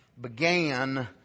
began